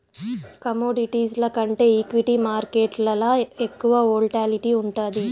కమోడిటీస్ల కంటే ఈక్విటీ మార్కేట్లల ఎక్కువ వోల్టాలిటీ ఉండాది